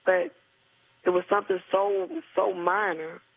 but it was something so so minor